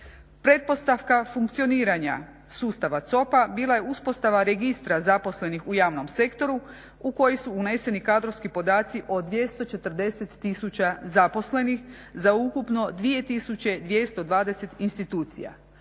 Pretpostavka funkcioniranja sustava COP-a bila je uspostava registra zaposlenih u javnom sektoru u koji su uneseni kadrovski podaci od 240 tisuća zaposlenih za ukupno 2220 institucija,